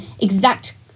exact